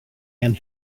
and